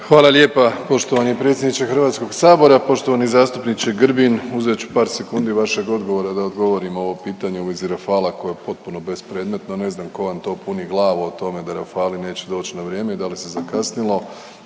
Hvala lijepa poštovani predsjedniče HS-a, poštovani zastupniče Grbin, uzet ću par sekundi vašeg odgovora da odgovorim ovo pitanje u vezi Rafalea koje je potpuno bespredmetno, ne znam tko vam to puni glavu o tome da Rafalei neće doći na vrijeme i da li se zakasnilo.